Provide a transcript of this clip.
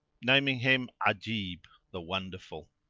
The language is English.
naming him ajib, the wonderful.